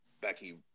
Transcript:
Becky